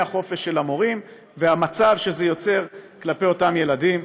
החופש של המורים והמצב שזה יוצר כלפי אותם ילדים.